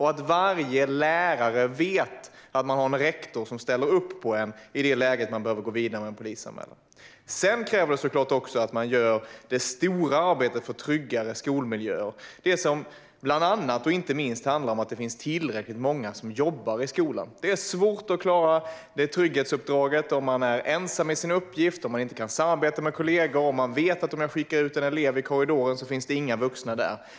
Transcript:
Varje lärare ska också veta att man har en rektor som ställer upp i ett läge då man behöver gå vidare med en polisanmälan. Det krävs såklart också att det stora arbetet för att skapa tryggare skolmiljöer görs. Det handlar inte minst om att det ska finnas tillräckligt många som jobbar i skolan. Det är svårt att klara trygghetsuppdraget om man är ensam i sin uppgift, om man inte kan samarbeta med kollegor och om man vet att ifall man skickar ut en elev i korridoren finns det inga vuxna där.